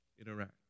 Interact